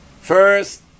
First